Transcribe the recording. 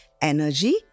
energy